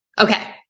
Okay